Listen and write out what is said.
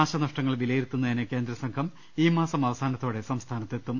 നാശനഷ്ടങ്ങൾ വിലയിരുത്തുന്നതിന്റ് കേന്ദ്രസംഘം ഈ മാസം അവസാനത്തോടെ സംസ്ഥാനത്തെത്തും